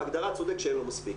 בהגדרה צודק שאין לו מספיק.